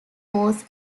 was